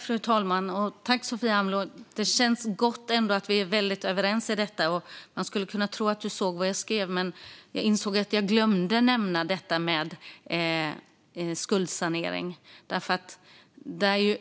Fru talman! Det känns gott, Sofia Amloh, att vi är överens om detta. Man skulle kunna tro att du såg vad jag just skrev på mitt papper när jag insåg att jag glömde nämna skuldsanering. Det är